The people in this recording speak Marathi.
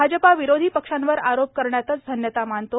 भाजपा विरोधी पक्षांवर आरोप करण्यातच धन्यता मानतो